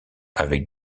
avec